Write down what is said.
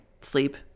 sleep